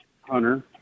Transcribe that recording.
hunter